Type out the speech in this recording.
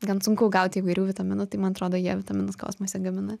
gan sunku gaut įvairių vitaminų tai man atrodo jie vitaminus kosmose gamina